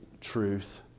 truth